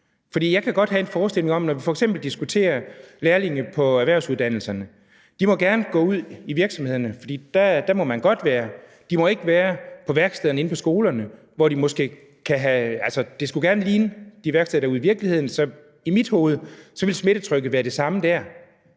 Jeg kan godt have en forestilling om det. Når vi f.eks. diskuterer lærlingene på erhvervsuddannelserne, er det sådan, at de gerne må gå ud i virksomhederne, for der må de godt være, men de må ikke være på værkstederne på skolerne. Det skulle gerne ligne de værksteder, der er ude i virkeligheden, så i mit hoved vil smittetrykket være det samme dér.